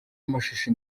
amashusho